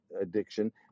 addiction